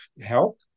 help